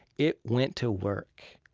it went to work,